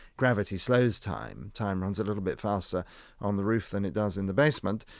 gravity slows time. time runs a little bit faster on the roof than it does in the basement.